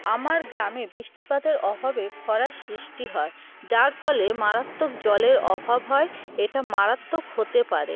আমার গ্রামে বৃষ্টিপাতের অভাবে খরা সৃষ্টি হয় যার ফলে মারাত্মক জলের অভাব হয় এটা মারাত্মক হতে পারে